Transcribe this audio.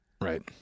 Right